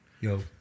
yo